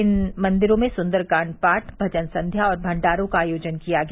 इन मंदिरों में सुन्दरकांड पाठ भजन संध्या और भंडारों का आयोजन किया गया